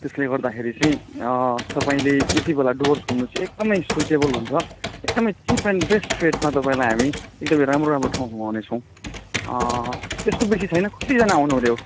त्यसले गर्दाखेरि चाहिँ तपाईँले यति बेला डुवर्स घुम्नु चाहिँ एकदम स्विटेबल हुन्छ एकदम चिप एन्ड बेस्ट रेटमा तपाईँलाई हामी एकदम राम्रो राम्रो ठाउँ घुमाउने छौँ त्यस्तो बेसी छैन कतिजना आउनु हुने हो